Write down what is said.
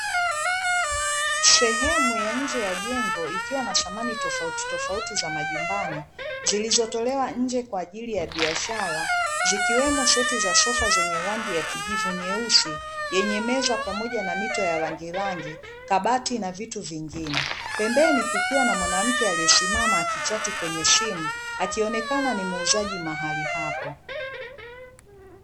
Sehemu ya nje ya jengo ikiwa na samani tofautitofauti za majumbani, zilizotolewa nje kwa ajili ya biashara zikiwemo: seti za sofa zenye rangi ya kijivu nyeusi, yenye meza pamoja na mito ya rangirangi, kabati na vitu vingine. Pembeni kukiwa na mwanamke aliyesimama akichati kwenye simu, akionekana ni muuzaji mahali hapo.